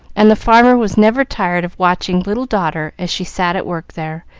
and the farmer was never tired of watching little daughter as she sat at work there,